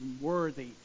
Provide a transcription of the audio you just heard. worthy